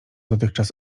dotychczas